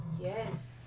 Yes